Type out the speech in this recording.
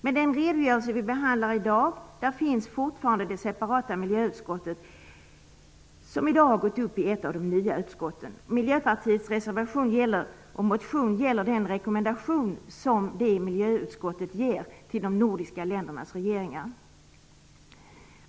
Men i den redogörelse vi behandlar i dag finns fortfarande det separata miljöutskottet med, som i dag har gått upp i ett av de nya utskotten. Miljöpartiets reservation och motion gäller den rekommendation som det miljöutskottet ger till de nordiska ländernas regeringar.